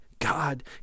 God